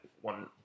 one